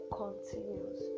continues